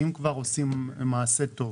אם כבר עושים מעשה טוב,